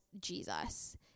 Jesus